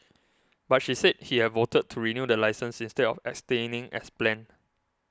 but she said he had voted to renew the licence instead of abstaining as planned